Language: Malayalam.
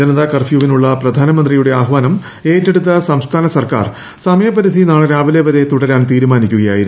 ജനതാ കർഫ്യൂവിനുള്ള പ്രധാനമന്ത്രിയുടെ ആഹ്വാനം ് ക്കുറ്റെടുത്ത സംസ്ഥാന സർക്കാർ സമയപരിധി നാളെ രാവ്ടിക്കൽ വരെ തുടരാൻ തീരുമാനിക്കുക യായിരുന്നു